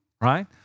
right